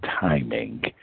timing